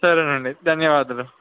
సరే అండి ధన్యవాదాలు